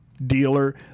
dealer